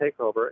takeover